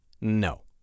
No